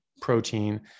protein